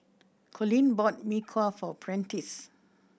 Colleen bought Mee Kuah for Prentiss